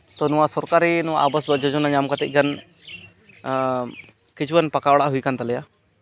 ᱛᱳ ᱱᱚᱣᱟ ᱥᱚᱨᱠᱟᱨᱤ ᱱᱚᱣᱟ ᱟᱵᱟᱥ ᱡᱳᱡᱚᱱᱟ ᱧᱟᱢ ᱠᱟᱛᱮᱫ ᱠᱷᱟᱱ ᱠᱤᱪᱷᱩᱜᱟᱱ ᱯᱟᱠᱟ ᱚᱲᱟᱜ ᱦᱩᱭᱟᱠᱟᱱ ᱛᱟᱞᱮᱭᱟ